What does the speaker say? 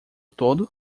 todo